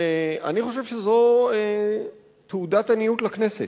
אני חושב שזו תעודת עניות לכנסת.